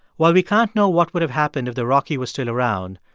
while we can't know what would have happened if the rocky was still around,